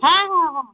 হ্যাঁ হ্যাঁ হ্যাঁ